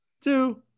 Two